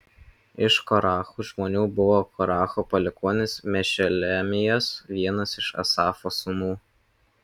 iš korachų žmonių buvo koracho palikuonis mešelemijas vienas iš asafo sūnų